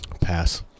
Pass